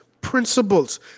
principles